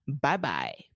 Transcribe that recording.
bye-bye